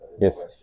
Yes